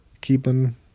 keeping